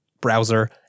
browser